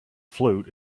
float